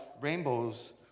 rainbows